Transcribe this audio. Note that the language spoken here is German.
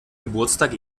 geburtstag